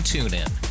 TuneIn